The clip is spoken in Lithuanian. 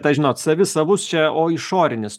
tą žinot savi savus čia o išorinis